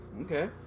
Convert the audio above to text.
okay